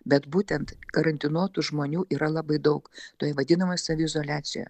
bet būtent karantinuotų žmonių yra labai daug toj vadinamoj saviizoliacijoje